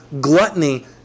Gluttony